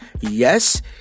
yes